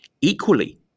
equally